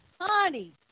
honey